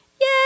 Yay